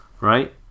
right